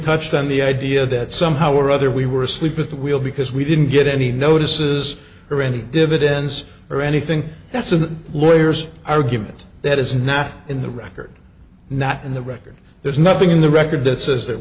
touched on the idea that somehow or other we were asleep at the wheel because we didn't get any notices or any dividends or anything that's in the lawyers argument that is not in the record not in the record there's nothing in the record that says that